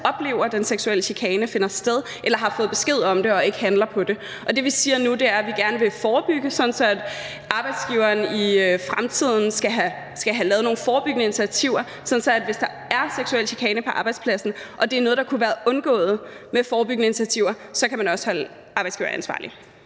oplever, at den seksuelle chikane finder sted, eller har fået besked om det og ikke handler på det. Det, vi siger nu, er, at vi gerne vil forebygge, sådan at arbejdsgiveren i fremtiden skal have lavet nogle forebyggende initiativer. Så hvis der er seksuel chikane på arbejdspladsen og det er noget, der kunne have været undgået med forebyggende initiativer, så kan man også holde arbejdsgiveren ansvarlig.